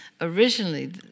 originally